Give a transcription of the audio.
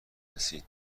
رسید